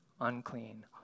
unclean